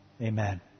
Amen